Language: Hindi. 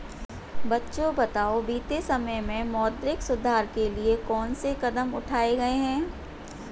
बच्चों बताओ बीते समय में मौद्रिक सुधार के लिए कौन से कदम उठाऐ गए है?